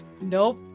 Nope